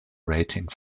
rating